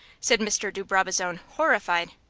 said mr. de brabazon, horrified.